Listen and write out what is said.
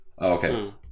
Okay